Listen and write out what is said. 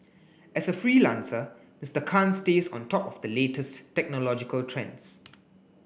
as a freelancer Mister Khan stays on top of the latest technological trends